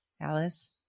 Alice